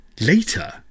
Later